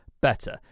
better